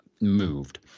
moved